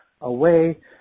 away